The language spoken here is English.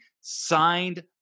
signed